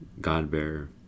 god-bearer